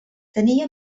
tenia